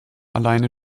alleine